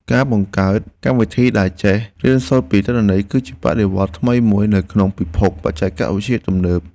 ការបង្កើតកម្មវិធីដែលចេះរៀនសូត្រពីទិន្នន័យ គឺជាបដិវត្តន៍ថ្មីមួយនៅក្នុងពិភពបច្ចេកវិទ្យាទំនើប។